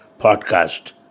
podcast